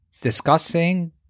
discussing